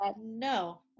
no